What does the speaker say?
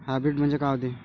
Hybrid म्हनजे का होते?